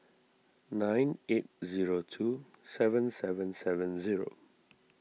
nine eight zero two seven seven seven zero